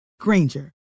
Granger